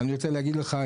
אני רוצה להגיד לך,